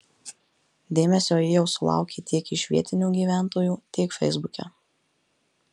dėmesio ji jau sulaukė tiek iš vietinių gyventojų tiek feisbuke